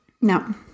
No